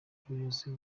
ubuyobozi